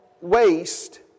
waste